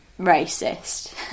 racist